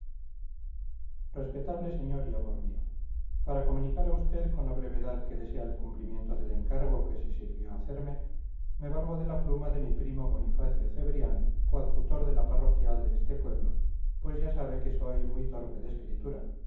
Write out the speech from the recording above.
respetable señor y amor mío para comunicar a usted con la brevedad que desea el cumplimiento del encargo que se sirvió hacerme me valgo de la pluma de mi primo bonifacio cebrián coadjutor de la parroquial de este pueblo pues ya sabe que soy muy torpe de escritura